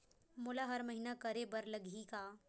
मोला हर महीना करे बर लगही का?